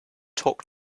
talk